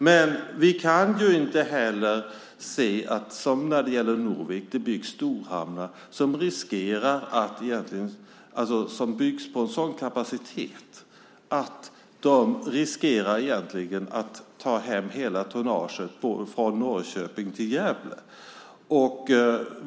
Men vi kan inte heller, som när det gäller Norvik, se att det byggs storhamnar med en sådan kapacitet att de riskerar att ta hem hela tonnaget från Norrköping till Gävle.